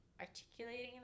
articulating